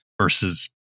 versus